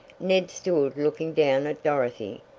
ned stood looking down at dorothy,